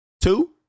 Two